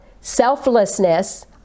selflessness